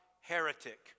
Heretic